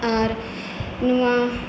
ᱟᱨ ᱱᱚᱣᱟ